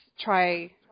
try